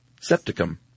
septicum